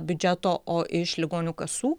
biudžeto o iš ligonių kasų